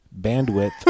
Bandwidth